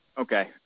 Okay